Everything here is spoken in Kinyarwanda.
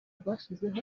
rwashyizeho